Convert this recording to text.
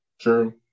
True